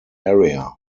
area